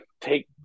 take